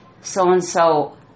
so-and-so